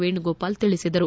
ವೇಣುಗೋಪಾಲ್ ತಿಳಿಸಿದರು